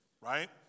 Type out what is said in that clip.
right